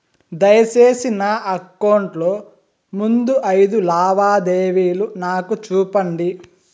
దయసేసి నా అకౌంట్ లో ముందు అయిదు లావాదేవీలు నాకు చూపండి